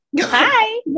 hi